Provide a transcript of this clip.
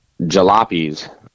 jalopies